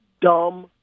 dumb